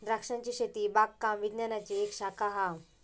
द्रांक्षांची शेती बागकाम विज्ञानाची एक शाखा हा